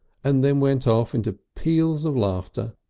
and then went off into peals of laughter.